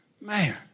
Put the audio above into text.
Man